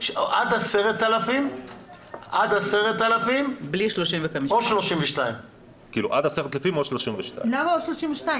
עד 10,000 או 32. למה עד 32?